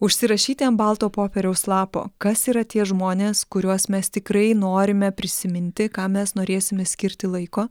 užsirašyti ant balto popieriaus lapo kas yra tie žmonės kuriuos mes tikrai norime prisiminti kam mes norėsime skirti laiko